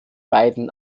beiden